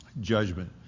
judgment